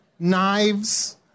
Knives